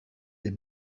des